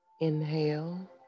Inhale